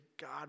God